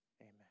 amen